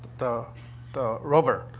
the the rover,